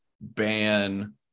ban